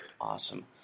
Awesome